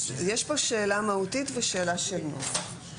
שאלה מהותית ושאלה של ---,